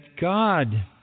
God